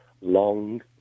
long